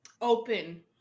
open